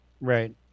Right